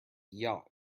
yacht